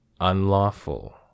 unlawful